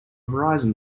verizon